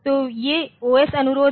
तो ये OS अनुरोध हैं